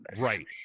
right